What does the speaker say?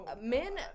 men